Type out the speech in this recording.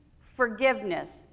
forgiveness